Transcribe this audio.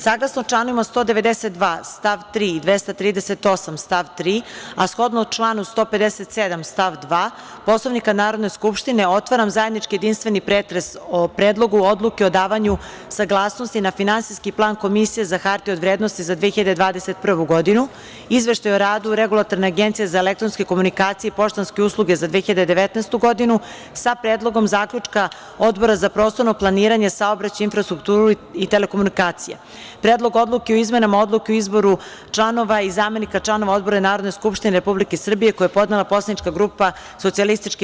Saglasno čl. 192. stav 3. i 238. stav 3, a shodno članu 157. stav 2. Poslovnika Narodne skupštine, otvaram zajednički jedinstveni pretres o: Predlogu odluke o davanju saglasnosti na Finansijski plan Komisije za hartije od vrednosti za 2021. godinu, Izveštaju o radu Regulatorne agencije za elektronske komunikacije i poštanske usluge za 2019. godinu sa Predlogom zaključka Odbora za prostorno planiranje, saobraćaj, infrastrukturu i telekomunikacije, Predlogu odluke o izmenama Odluke o izboru članova i zamenika članova odbora Narodne skupštine Republike Srbije, koji je podnela poslanička grupa SPS.